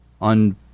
on